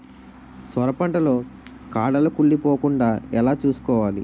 సొర పంట లో కాడలు కుళ్ళి పోకుండా ఎలా చూసుకోవాలి?